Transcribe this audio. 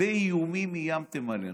הרבה איומים איימתם עלינו.